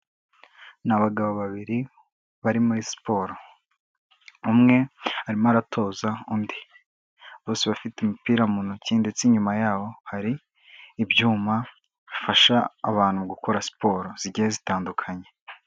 Ni abagabo babiri bari muri siporo, umwe arimo aratoza undi, bose bafite umupira mu ntoki ndetse inyuma yaho hari ibyuma bifasha abantu gukora siporo zigiye zitandukanye.